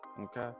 okay